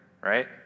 right